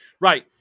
Right